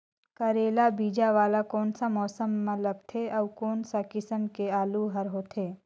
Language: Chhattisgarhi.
करेला बीजा वाला कोन सा मौसम म लगथे अउ कोन सा किसम के आलू हर होथे?